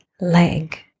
leg